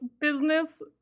business